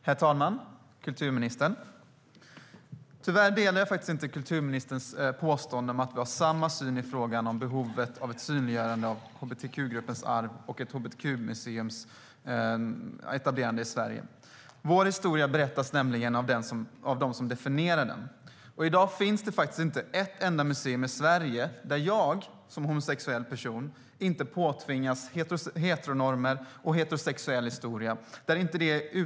Herr talman och kulturministern! Tyvärr delar jag inte kulturministerns påstående att vi har samma syn i frågan om behovet av ett synliggörande av hbtq-gruppens arv och etablerandet av ett hbtq-museum i Sverige. Vår historia berättas nämligen av dem som definierar den. I dag finns det inte ett enda museum i Sverige där jag som homosexuell person inte uteslutande påtvingas heteronormer och heterosexuell historia.